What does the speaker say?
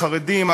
חרדים,